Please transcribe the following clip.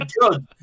good